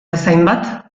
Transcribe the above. bezainbat